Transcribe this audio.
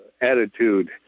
attitude